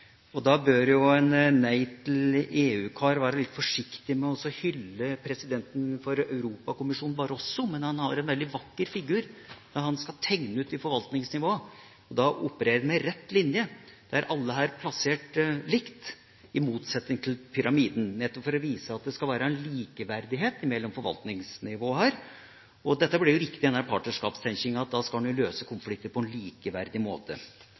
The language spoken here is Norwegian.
Da bør en Nei til EU-kar være litt forsiktig med å hylle presidenten for Europakommisjonen, Barroso, men han har en veldig vakker figur når han skal tegne ut disse forvaltningsnivåene: Da opererer han med ei rett linje, der alle er plassert likt, i motsetning til pyramiden, nettopp for å vise at det skal være en likeverdighet mellom forvaltningsnivåene. Dette blir jo riktig i denne partnerskapstenkinga, at da skal en løse konflikter på en likeverdig måte.